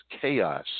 chaos